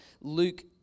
Luke